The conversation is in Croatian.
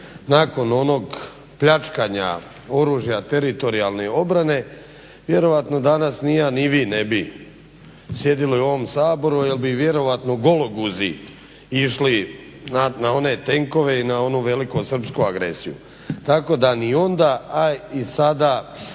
nakon onog pljačkanja oružja teritorijalne obrane vjerojatno danas ni ja ni vi ne bi sjedili u ovom Saboru jer bi vjerojatno gologuzi išli na one tenkove i na onu velikosrpsku agresiju. Tako da ni onda, a i sada